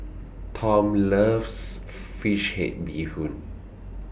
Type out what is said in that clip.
Tom loves Fish Head Bee Hoon